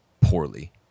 poorly